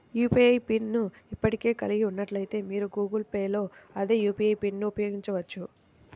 UPI PIN ను ఇప్పటికే కలిగి ఉన్నట్లయితే, మీరు గూగుల్ పే లో అదే యూ.పీ.ఐ పిన్ను ఉపయోగించవచ్చు